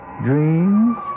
dreams